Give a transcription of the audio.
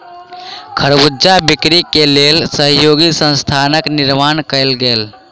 खरबूजा बिक्री के लेल सहयोगी संस्थानक निर्माण कयल गेल